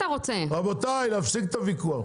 רבותיי, להפסיק את הוויכוח.